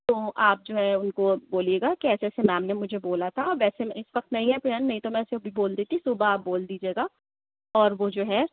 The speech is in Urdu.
تو آپ جو ہے اُن کو بولیے گا کہ ایسے ایسے میم نے مجھے بولا تھا ویسے میں اِس وقت نہیں ہے پیون نہیں تو میں اسے ابھی بول دیتی صبح آپ بول دیجیے گا اور وہ جو ہے